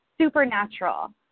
supernatural